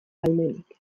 ahalmenik